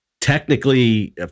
technically